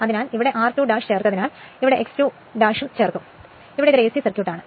അതിനാൽ ഇവിടെയും r2 ചേർത്തതിനാൽ x 2 ചേർത്തു ഇവിടെ ഇതൊരു ac സർക്യൂട്ട് ആണ്